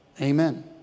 Amen